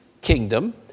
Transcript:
kingdom